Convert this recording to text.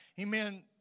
Amen